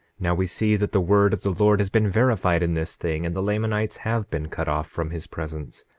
now we see that the word of the lord has been verified in this thing, and the lamanites have been cut off from his presence,